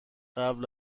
قبل